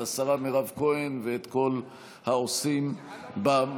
את השרה מירב כהן ואת כל העושים במלאכה.